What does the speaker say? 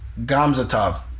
Gamzatov